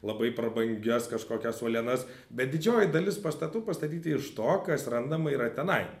labai prabangias kažkokias uolienas bet didžioji dalis pastatų pastatyti iš to kas randama yra tenai